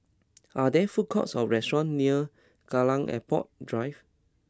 are there food courts or restaurants near Kallang Airport Drive